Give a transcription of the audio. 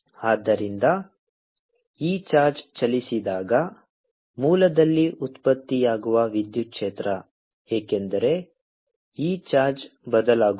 ಆದ್ದರಿಂದ ಈ ಚಾರ್ಜ್ ಚಲಿಸಿದಾಗ ಮೂಲದಲ್ಲಿ ಉತ್ಪತ್ತಿಯಾಗುವ ವಿದ್ಯುತ್ ಕ್ಷೇತ್ರ ಏಕೆಂದರೆ ಈ ಚಾರ್ಜ್ ಬದಲಾಗುತ್ತದೆ